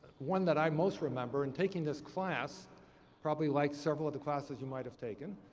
one that i most remember, in taking this class probably like several of the classes you might have taken